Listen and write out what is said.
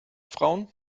frauen